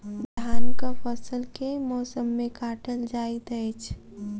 धानक फसल केँ मौसम मे काटल जाइत अछि?